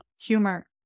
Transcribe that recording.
humor